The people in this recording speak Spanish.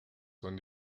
son